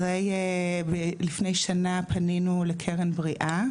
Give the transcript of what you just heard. לפני שנה פנינו ל"קרן בריאה"